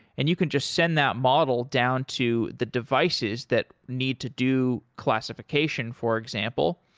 and you can just send that model down to the devices that need to do classification, for example.